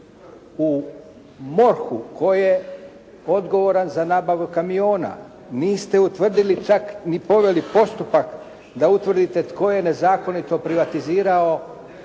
u MORH-u tko je odgovoran za nabavu kamiona. Niste utvrdili čak ni poveli postupak da utvrdite tko je nezakonito privatizirao